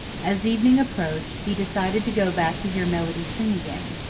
as evening approached he decided to go back to hear melody sing again.